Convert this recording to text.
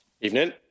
Evening